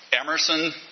Emerson